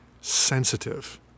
sensitive